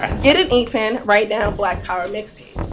get an inkpen, write down black power mix.